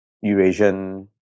Eurasian